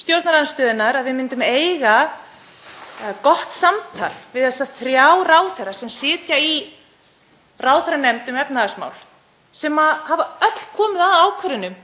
stjórnarandstöðunnar að við myndum eiga gott samtal við þá þrjá ráðherra sem sitja í ráðherranefnd um efnahagsmál, sem öll hafa komið að ákvörðunum